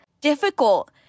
difficult